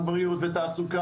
תודה רבה